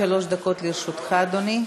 עד שלוש דקות לרשותך, אדוני.